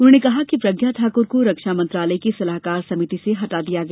उन्होंने कहा कि प्रज्ञा ठाकुर को रक्षा मंत्रालय की सलाहकार समिति से हटा दिया गया